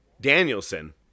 Danielson